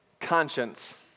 Conscience